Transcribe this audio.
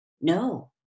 No